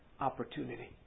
opportunity